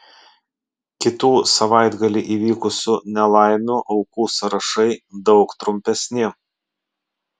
kitų savaitgalį įvykusių nelaimių aukų sąrašai daug trumpesni